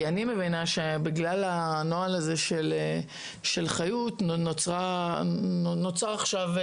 אני מבינה שבגלל הנוהל הזה של חיות נוצר עכשיו,